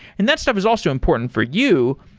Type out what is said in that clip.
and that stuff is also important for you.